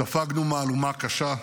ספגנו מהלומה קשה,